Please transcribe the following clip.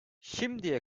şimdiye